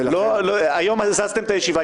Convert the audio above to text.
היום הזזתם את הישיבה.